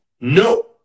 no